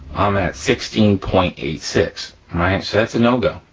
i'm at sixteen point eight six right, so that's a no go.